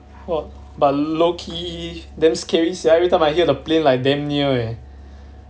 !wah! but low key damn scary sia everytime I hear the plane like damn near leh